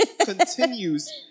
continues